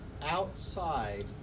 outside